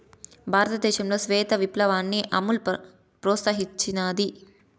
భారతదేశంలో శ్వేత విప్లవాన్ని అమూల్ ప్రోత్సహించినాది